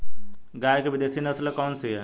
गाय की विदेशी नस्ल कौन सी है?